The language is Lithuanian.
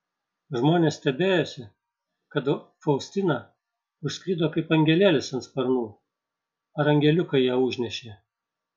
žmonės stebėjosi kad faustina užskrido kaip angelėlis ant sparnų ar angeliukai ją užnešė